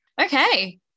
Okay